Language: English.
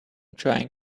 trying